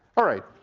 all right.